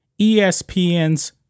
ESPN's